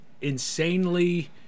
insanely